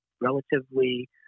relatively